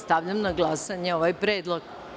Stavljam na glasanje ovaj predlog.